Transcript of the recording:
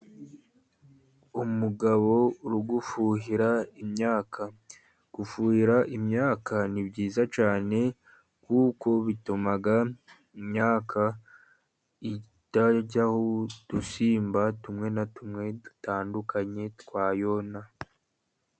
Umugabo uri gufuhira imyaka. Gufuhira imyaka ni byiza cyane, kuko bituma imyaka itajyaho udusimba tumwe na tumwe dutandukanye twayona.